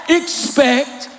expect